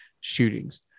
shootings